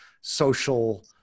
social